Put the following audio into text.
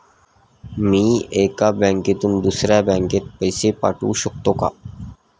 मी एका बँकेतून दुसऱ्या बँकेत पैसे पाठवू शकतो का?